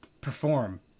perform